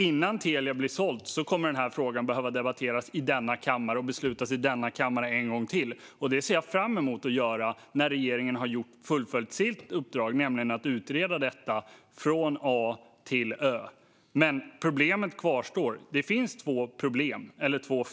Innan Telia blir sålt kommer alltså den här frågan att behöva debatteras och beslutas i denna kammare en gång till. Det ser jag fram emot att göra när regeringen har fullföljt sitt uppdrag, nämligen att utreda detta från A till Ö. Men problemet kvarstår. Det finns två